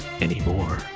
anymore